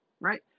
right